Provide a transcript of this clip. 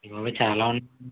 అయ్య బాబోయ్ చాలా ఉన్నాయ్